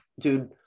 dude